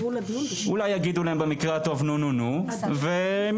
אולי יגידו להם במקרה הטוב נו-נו-נו והם